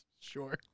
Sure